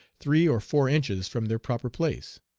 three or four inches from their proper place.